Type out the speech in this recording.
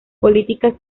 políticas